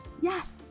yes